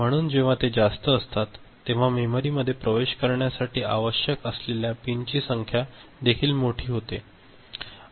म्हणून जेव्हा ते जास्त असतात तेव्हा मेमरीमध्ये प्रवेश करण्यासाठी आवश्यक असलेल्या पिनची संख्या देखील मोठी होते